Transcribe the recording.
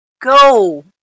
go